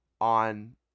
on